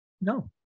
No